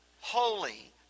holy